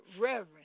Reverend